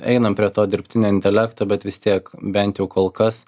einam prie to dirbtinio intelekto bet vis tiek bent jau kol kas